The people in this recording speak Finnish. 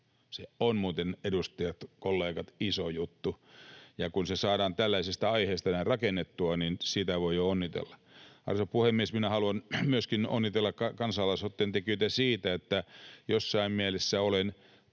Se on muuten, edustajat, kollegat, iso juttu. — Kun se saadaan tällaisesta aiheesta näin rakennettua, niin siitä voi jo onnitella. Arvoisa puhemies! Haluan onnitella kansalaisaloitteen tekijöitä myöskin siitä, että jossain mielessä olen